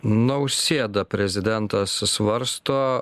nausėda prezidentas svarsto